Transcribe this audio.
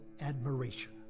admiration